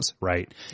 right